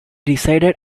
resided